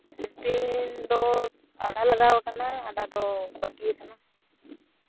ᱥᱤᱞᱯᱤᱧ ᱫᱚ ᱟᱫᱷᱟ ᱞᱟᱜᱟᱣ ᱠᱟᱱᱟ ᱟᱫᱷᱟ ᱫᱚ ᱵᱟᱹᱞᱤᱭ ᱠᱟᱱᱟ